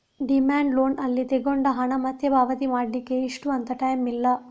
demand loan ಅಲ್ಲಿ ತಗೊಂಡ ಹಣ ಮತ್ತೆ ಪಾವತಿ ಮಾಡ್ಲಿಕ್ಕೆ ಇಷ್ಟು ಅಂತ ಟೈಮ್ ಇಲ್ಲ